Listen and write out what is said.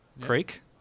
Creek